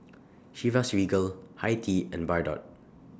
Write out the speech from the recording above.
Chivas Regal Hi Tea and Bardot